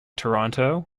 toronto